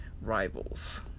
rivals